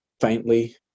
faintly